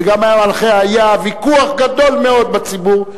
אבל גם כשהיה על מהלכיה ויכוח גדול מאוד בציבור,